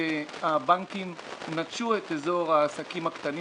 שהבנקים נטשו את אזור העסקים הקטנים